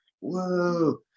whoa